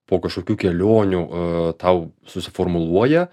po kažkokių kelionių a tau suformuluoja